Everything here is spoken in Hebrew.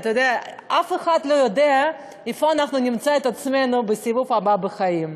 אף אחד לא יודע איפה אנחנו נמצא את עצמנו בסיבוב הבא בחיים.